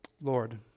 Lord